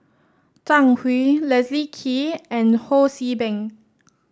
Zhang Hui Leslie Kee and Ho See Beng